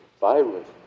virus